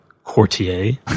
courtier